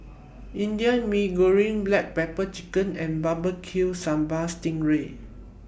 Indian Mee Goreng Black Pepper Chicken and Barbecue Sambal Sting Ray